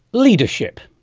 leadership.